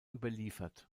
überliefert